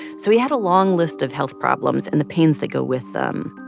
so he had a long list of health problems and the pains that go with them.